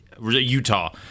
Utah